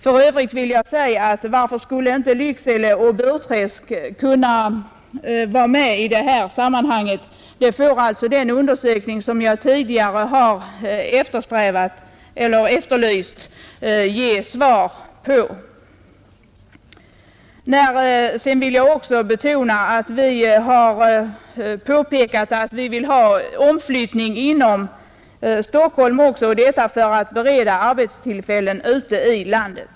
Varför skulle för övrigt inte Lycksele och Burträsk kunna vara med i det här sammanhanget? Det får den undersökning som jag tidigare har efterlyst ge svar på. Jag vill betona att vi har påpekat att vi önskar en omflyttning inom Stockholm också, detta för att bereda arbetstillfällen ute i landet.